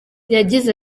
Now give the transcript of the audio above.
yagize